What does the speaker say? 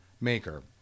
maker